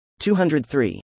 203